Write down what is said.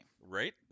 Right